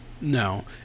No